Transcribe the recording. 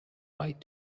right